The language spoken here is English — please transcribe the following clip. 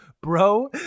Bro